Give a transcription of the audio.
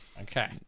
Okay